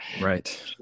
right